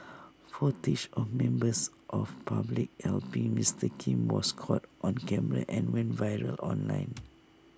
footage of members of public helping Mister Kim was caught on camera and went viral online